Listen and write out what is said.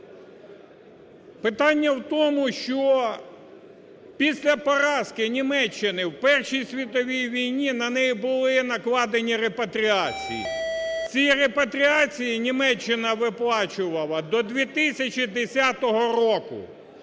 Питання в тому, що після поразки Німеччини в Першій світовій війні на неї були накладені репатріації. Ці репатріації Німеччина виплачувала до 2010 року,